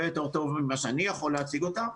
יותר טוב ממה שאני יכול להציג אותן.